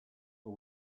but